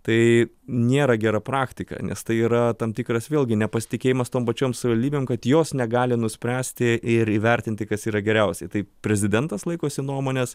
tai nėra gera praktika nes tai yra tam tikras vėlgi nepasitikėjimas tom pačiom savivaldybėm kad jos negali nuspręsti ir įvertinti kas yra geriausiai tai prezidentas laikosi nuomonės